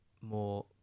more